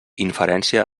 inferència